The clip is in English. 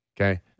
Okay